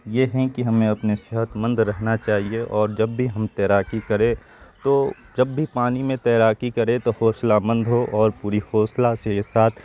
یہ ہیں کہ ہمیں اپنی صحتمند رہنا چاہیے اور جب بھی ہم تیراکی کریں تو جب بھی پانی میں تیراکی کریں تو حوصلہ مند ہوں اور پوری حوصلہ سے یہ ساتھ